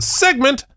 segment